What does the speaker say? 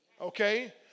Okay